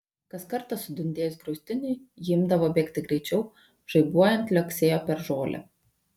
kas kartą sudundėjus griaustiniui ji imdavo bėgti greičiau žaibuojant liuoksėjo per žolę